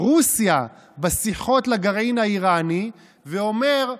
רוסיה בשיחות לגרעין האיראני ואומר: